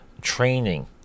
training